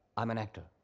i am an actor.